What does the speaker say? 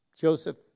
Joseph